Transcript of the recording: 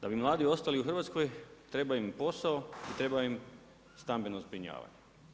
Da bi mladi ostali u Hrvatskoj treba im posao i treba im stambeno zbrinjavanje.